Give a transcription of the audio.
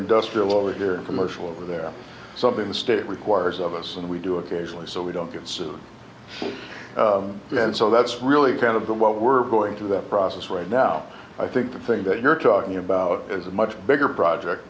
industrial over here and commercial over there something the state requires of us and we do occasionally so we don't consume them and so that's really kind of what we're going through that process right now i think the thing that you're talking about is a much bigger project